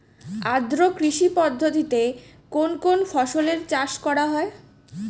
আদ্র কৃষি পদ্ধতিতে কোন কোন ফসলের চাষ করা হয়?